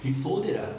he sold it ah